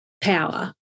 power